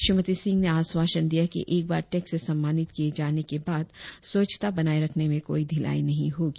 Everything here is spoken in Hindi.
श्रीमती सिंह ने आश्वासन दिया कि एक बार टैग से सम्मानित किए जाने के बाद स्वच्छता बनाए रखने में कोई ढिलाई नही होगी